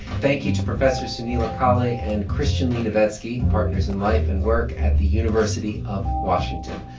thank you to professor sunila kali and christian lee novetzke, partners in life and work at the university of washington.